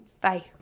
bye